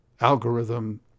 algorithm